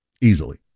Easily